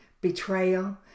betrayal